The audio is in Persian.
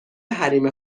حریم